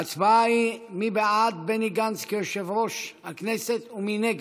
ההצבעה היא מי בעד בני גנץ כיושב-ראש הכנסת ומי נגד.